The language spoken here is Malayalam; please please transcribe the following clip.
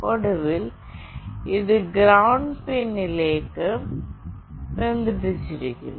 ഒടുവിൽ ഇത് ഗ്രൌണ്ട് പിൻലേക്ക് ബന്ധിപ്പിച്ചിരിക്കുന്നു